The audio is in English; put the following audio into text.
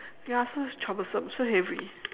ya so it's troublesome so heavy